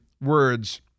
words